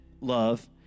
love